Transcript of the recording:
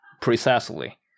precisely